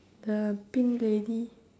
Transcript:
the pink lady